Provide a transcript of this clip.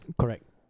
correct